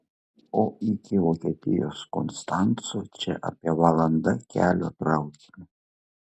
o iki vokietijos konstanco čia apie valanda kelio traukiniu